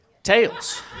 Tails